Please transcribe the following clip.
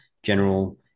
general